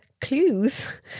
clues